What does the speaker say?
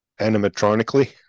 animatronically